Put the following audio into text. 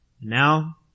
Now